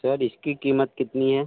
sir इसकी कीमत कितनी है